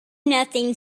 nothing